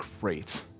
great